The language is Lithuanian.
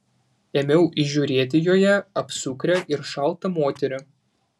ėmiau įžiūrėti joje apsukrią ir šaltą moterį